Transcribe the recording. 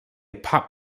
pop